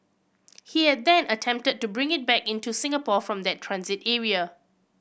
he had then attempted to bring it back in to Singapore from the transit area